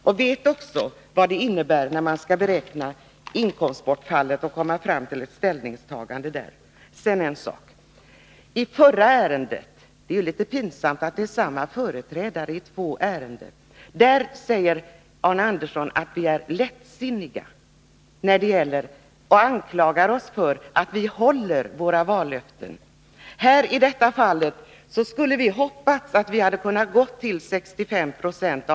Han borde också veta vad det innebär när man skall värdera inkomstbortfallet och komma fram till ett ställningstagande. Vid behandlingen av det förra ärendet — det är litet pinsamt att det är samme företrädare i två ärenden — sade Arne Andersson att vi socialdemokrater är lättsinniga, och han anklagade oss för att vi inte håller våra vallöften. I detta fall hade vi önskat att pensionsnivån hade kunnat höjas till 65 90.